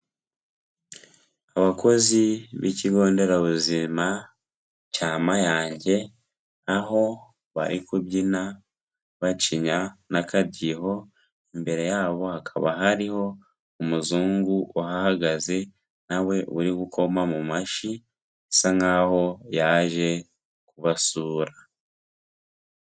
Abakozi b'ikigo nderabuzima cya Mayange aho bari kubyina bacinya na kadiho, imbere yabo hakaba hariho umuzungu wahagaze nawe uri gukoma mu mashyi asa nkaho yaje kubasura.